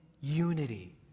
unity